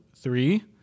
three